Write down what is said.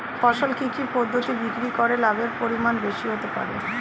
ফসল কি কি পদ্ধতি বিক্রি করে লাভের পরিমাণ বেশি হতে পারবে?